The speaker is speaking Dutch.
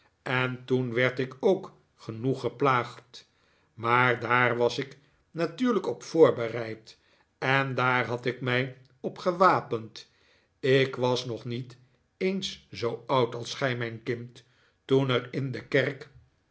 en toen werd ik ook genoeg geplaagd maar daar was ik natuurlijk op voorbereid en daar had ik mij op gewapend ik was nog niet eens zoo oud als gij mijn kind toen er in de kerk